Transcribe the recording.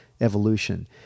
evolution